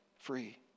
Free